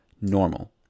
normal